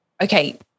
okay